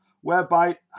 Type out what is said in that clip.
whereby